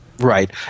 Right